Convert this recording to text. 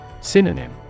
Synonym